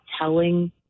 telling